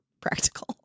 practical